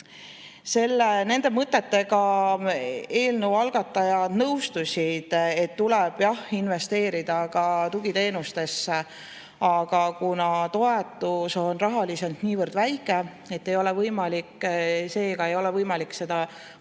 vaates. Nende mõtetega eelnõu algatajad nõustusid, et tuleb jah investeerida ka tugiteenustesse, aga kuna toetus on rahaliselt niivõrd väike, siis ei ole võimalik seda valikut